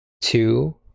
two